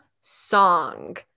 song